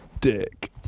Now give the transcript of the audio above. Dick